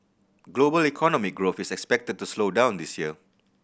global economic growth is expected to slow down this year